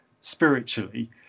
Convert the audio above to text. spiritually